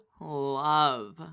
love